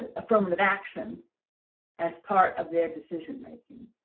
affirmative action as part of their decision making.